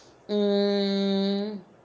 mm